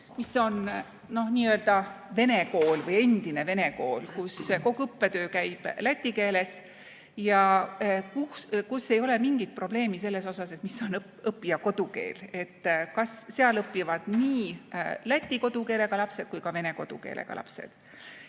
See on n-ö vene kool või endine vene kool, kus kogu õppetöö käib läti keeles ja kus ei ole mingit probleemi sellega, mis on õppija kodukeel. Seal õpivad nii läti kodukeelega lapsed kui ka vene kodukeelega lapsed.